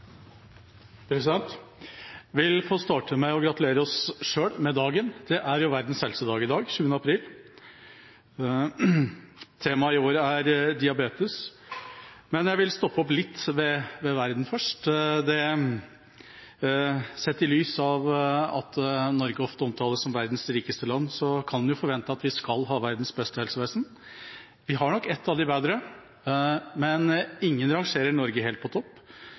vil få starte med å gratulere oss selv med dagen, det er jo Verdens helsedag i dag, 7. april. Temaet i år er diabetes. Jeg vil først stoppe litt opp ved verden. Sett i lys av at Norge ofte omtales som verdens rikeste land, kan man forvente at vi skal ha verdens beste helsevesen. Vi har nok ett av de bedre, men ingen rangerer Norge helt på topp.